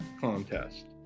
contest